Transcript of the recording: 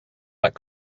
that